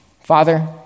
Father